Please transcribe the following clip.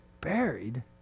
buried